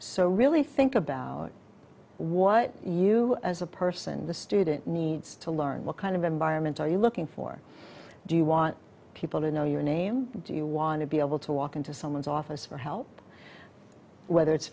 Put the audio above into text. so really think about what you as a person the student needs to learn what kind of environment are you looking for do you want people to know your name do you want to be able to walk into someone's office for help whether it's